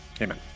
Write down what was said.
Amen